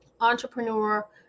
entrepreneur